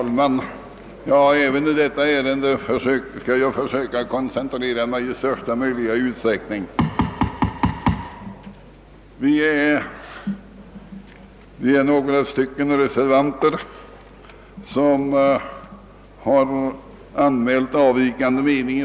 Herr talman! Vi är några reservanter som i detta ärende har anmält en från utskottets majoritet avvikande mening.